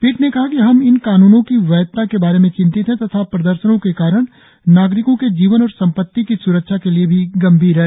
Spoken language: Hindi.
पीठ ने कहा कि हम इन कानूनों की वैधता के बारे में चिंतित हैं तथा प्रदर्शनों के कारण नागरिकों के जीवन और सम्पत्ति की स्रक्षा के लिए भी गंभीर हैं